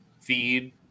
feed